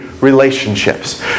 relationships